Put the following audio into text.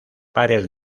pares